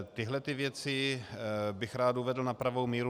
Tyto věci bych rád uvedl na pravou míru.